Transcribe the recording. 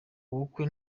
ubukwe